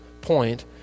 point